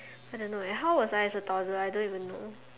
I don't leh how was I as a toddler I don't even know